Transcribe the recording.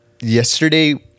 yesterday